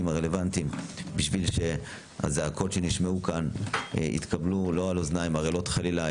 הרלוונטיים בשביל שהזעקות שנשמעו כאן יתקבלו לא על אוזניים ערלות חלילה,